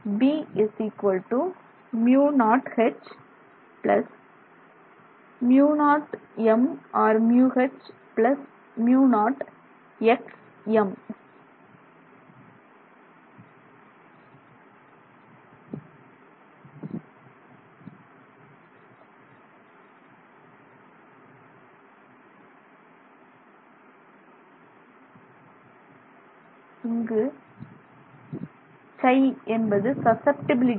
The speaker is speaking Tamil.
B μ0H μ0M or μH μ0χM இங்கு இங்கு 'சை' என்பது சசப்டிபிலிட்டி